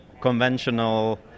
conventional